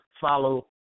follow